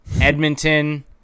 Edmonton